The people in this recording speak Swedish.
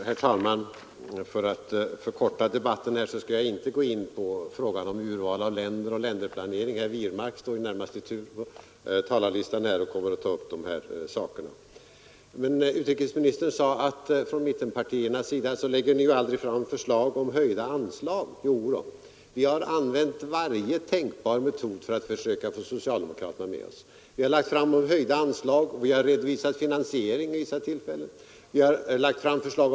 Herr talman! För att förkorta debatten skall jag här inte gå in på frågan om urvalet av länder och länderplaneringen. Herr Wirmark står närmast i tur på talarlistan och kommer att ta upp de frågorna. Utrikesministern sade att vi från mittenpartiernas sida aldrig lägger fram några förslag om höjda anslag. Jo, det gör vi. Vi har använt varje tänkbar metod för att få socialdemokraterna med oss. Vi har lagt fram förslag om höjda anslag, och vi har även vid vissa tillfällen redovisat finansieringsmöjligheter.